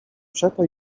przeto